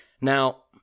Now